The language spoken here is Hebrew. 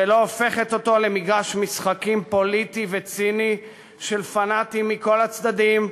ולא הופכת אותו למגרש משחקים פוליטי וציני של פנאטים מכל הצדדים,